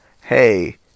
hey